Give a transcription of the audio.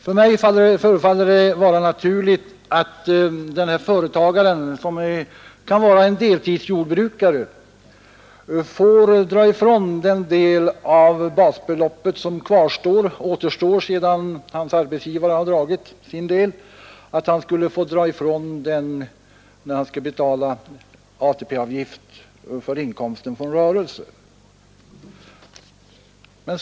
För mig förefaller det vara naturligt att den här företagaren, som kan vara en deltidsjordbrukare, får dra ifrån den del av basbeloppet som återstår sedan hans arbetsgivare har dragit sin del, att han får dra ifrån den, det som ej utnyttjas av arbetsgivaren när han skall betala ATP-avgift för inkomsten från rörelsen.